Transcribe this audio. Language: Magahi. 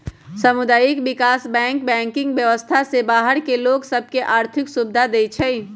सामुदायिक विकास बैंक बैंकिंग व्यवस्था से बाहर के लोग सभ के आर्थिक सुभिधा देँइ छै